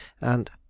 And